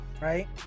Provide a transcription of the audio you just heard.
right